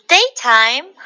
Daytime